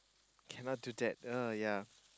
cannot do that oh ya